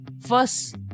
first